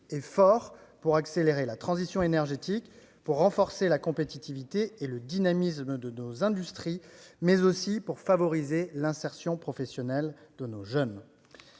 et fort pour accélérer la transition énergétique, pour renforcer la compétitivité et le dynamisme de nos industries, mais aussi pour favoriser l'insertion professionnelle des jeunes.